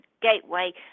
gateway